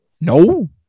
No